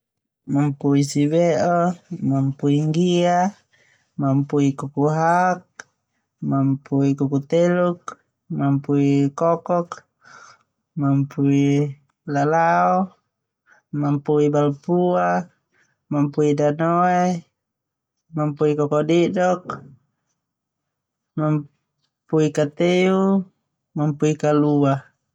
Mampui sibe'o, mampui nggia, mampui kukuhak, mampui kukuteluk, mampui kokok, mampui lalao, mampui balpua, mampui danoe, mampui, kokodidok, mampui ko'naok.